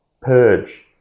purge